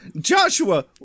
Joshua